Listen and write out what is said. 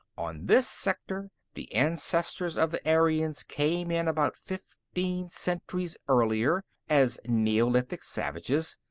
on this sector, the ancestors of the aryans came in about fifteen centuries earlier, as neolithic savages,